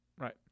right